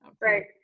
Right